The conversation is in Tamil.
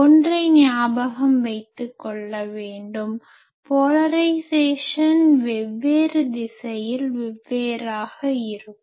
ஒன்றை ஞாபகம் வைத்துக் கொள்ள வேண்டும் போலரைஸேசன் வெவ்வேறு திசையில் வெவ்வேறாக இருக்கும்